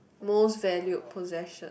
most valued possession